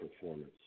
performance